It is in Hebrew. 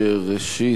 ראשית,